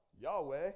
Yahweh